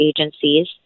agencies